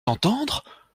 d’entendre